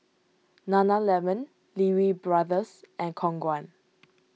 Nana Lemon Lee Wee Brothers and Khong Guan